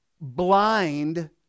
blind